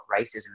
racism